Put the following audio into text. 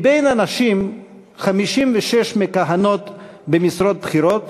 בין הנשים 56 מכהנות במשרות בכירות,